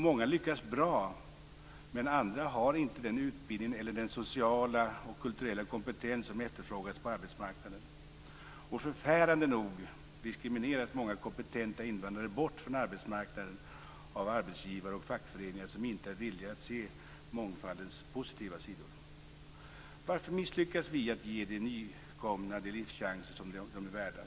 Många lyckas bra, andra har inte den utbildning eller den sociala och kulturella kompetens som efterfrågas på arbetsmarknaden. Förfärande nog diskrimineras många kompetenta invandrare bort från arbetsmarknaden av arbetsgivare och fackföreningar som inte är villiga att se mångfaldens positiva sidor. Varför misslyckas vi att ge de nykomna de livschanser som de är värda?